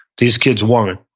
these kids weren't.